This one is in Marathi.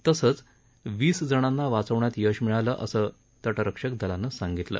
तसंच वीस जणांना वाचवण्यात यश मिळालं असल्याचं तटरक्षक दलानं सांगितलं